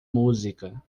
música